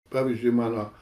pavyzdžiui mano